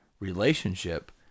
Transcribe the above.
relationship